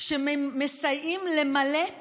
שמסייעים למלט